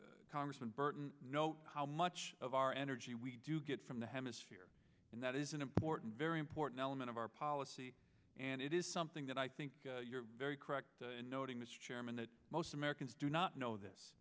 and congressman burton know how much of our energy we get from the hemisphere and that is an important very important element of our policy and it is something that i think you're very correct in noting this chairman that most americans do not know this